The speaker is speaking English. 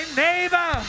neighbor